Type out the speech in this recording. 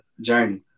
journey